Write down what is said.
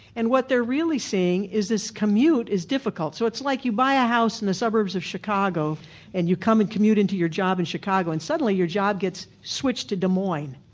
and what they're really saying is this commute is difficult. so it's like you buy a house in the suburbs of chicago and you come and commute into your job in chicago and suddenly your job gets switched to des moines.